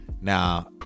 Now